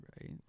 Right